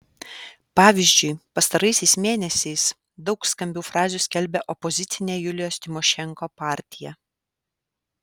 pavyzdžiui pastaraisiais mėnesiais daug skambių frazių skelbia opozicinė julijos tymošenko partija